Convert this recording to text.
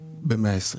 ב-120'.